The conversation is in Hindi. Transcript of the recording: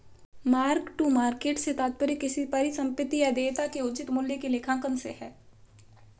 मार्क टू मार्केट से तात्पर्य किसी परिसंपत्ति या देयता के उचित मूल्य के लिए लेखांकन से है